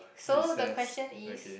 so the question is